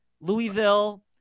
Louisville